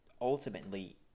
ultimately